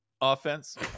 offense